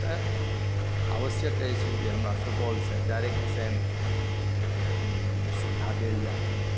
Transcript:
तैँ आवश्यक अछि जे हमरा सुपौलसँ डायरेक्ट ट्रेनकेँ सुविधा देल जाइ